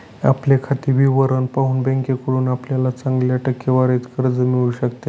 आपले खाते विवरण पाहून बँकेकडून आपल्याला चांगल्या टक्केवारीत कर्ज मिळू शकते